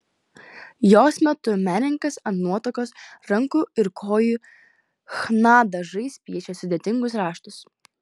jos metu menininkas ant nuotakos rankų ir kojų chna dažais piešia sudėtingus raštus